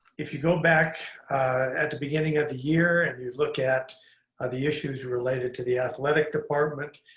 if you go back at the beginning of the year, and you look at the issues related to the athletic department,